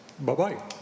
Bye-bye